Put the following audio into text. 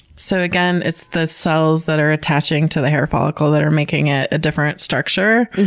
so again, it's the cells that are attaching to the hair follicle that are making it a different structure.